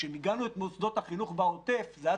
כשמיגנו את מוסדות החינוך בעוטף זה היה